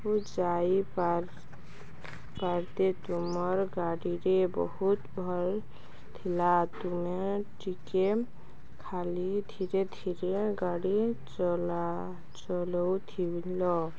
ଯାଇ ପାରିବେ ତୁମର ଗାଡ଼ିରେ ବହୁତ ଭଲ ଥିଲା ତୁମେ ଟିକେ ଖାଲି ଧୀରେ ଧୀରେ ଗାଡ଼ି ଚଲାଉଥିଲ